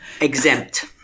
Exempt